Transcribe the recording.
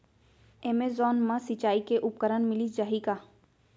Amazon मा सिंचाई के उपकरण मिलिस जाही का?